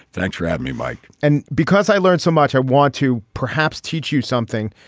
thanks for having me mike. and because i learned so much i want to perhaps teach you something.